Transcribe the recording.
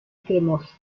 cremosa